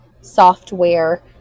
software